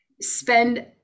spend